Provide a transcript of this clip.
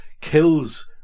kills